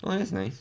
!wah! that's nice